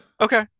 Okay